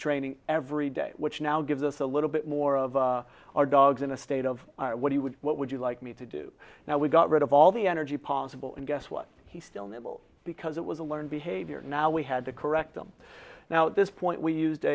training every day which now gives us a little bit more of our dogs in a state of what he would what would you like me to do now we got rid of all the energy possible and guess what he still nibbles because it was a learned behavior now we had to correct them now at this point we used